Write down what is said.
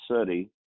City